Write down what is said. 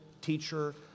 teacher